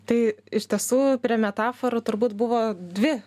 tai iš tiesų prie metaforų turbūt buvo dvi